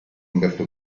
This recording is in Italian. umberto